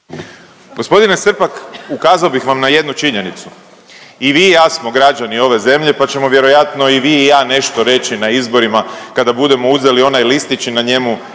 Gospodine Srpak, ukazao bih vam na jednu činjenicu, i vi i ja smo građani ove zemlje, pa ćemo vjerojatno i vi i ja nešto reći na izborima kada budemo uzeli onaj listić i na njemu